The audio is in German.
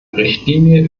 richtlinie